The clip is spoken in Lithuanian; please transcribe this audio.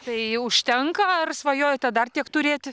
tai užtenka ar svajojate dar tiek turėti